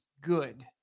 good